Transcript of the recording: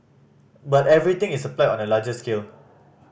but everything is applied on a larger scale